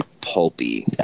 pulpy